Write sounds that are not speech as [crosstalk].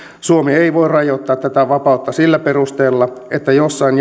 suomi ei voi rajoittaa tätä vapautta sillä perusteella että jossain [unintelligible]